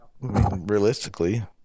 realistically